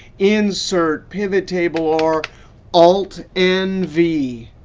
insert, pivot table, or alt n v.